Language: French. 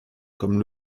comme